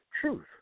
truth